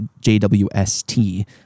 JWST